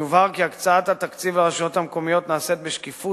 יובהר כי הקצאת התקציב לרשויות המקומיות נעשית בשקיפות,